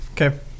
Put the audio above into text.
Okay